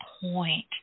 point